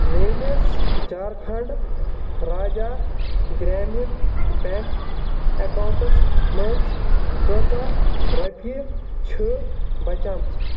میٛٲنِس جھارکھنٛڈٕ راجا گرٛیمیٖن بٮ۪نٛک اٮ۪کاوُنٛٹَس منٛز کۭژاہ رۄپیہِ چھِ بَچیمژٕ